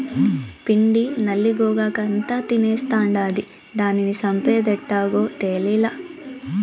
పిండి నల్లి గోగాకంతా తినేస్తాండాది, దానిని సంపేదెట్టాగో తేలీలా